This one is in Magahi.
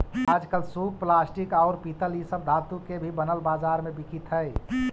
आजकल सूप प्लास्टिक, औउर पीतल इ सब धातु के भी बनल बाजार में बिकित हई